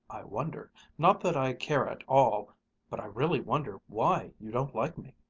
i wonder not that i care at all but i really wonder why you don't like me.